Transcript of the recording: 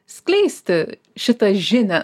skleisti šitą žinią